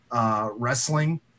Wrestling